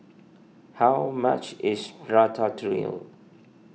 how much is Ratatouille